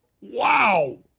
Wow